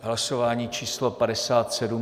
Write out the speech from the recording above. Hlasování číslo 57.